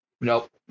Nope